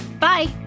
Bye